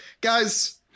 Guys